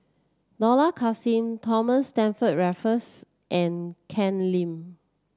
Dollah Kassim Thomas Stamford Raffles and Ken Lim